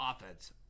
offense